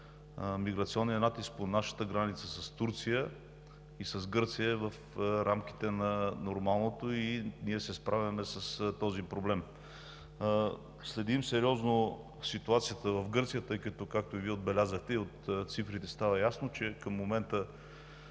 миграционният натиск по нашата граница с Турция и с Гърция е в рамките на нормалното и ние се справяме с този проблем. Следим сериозно ситуацията в Гърция. Както и Вие отбелязахте, и от цифрите става ясно, че към момента